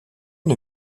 une